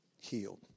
healed